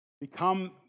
become